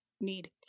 need